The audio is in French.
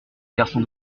garçon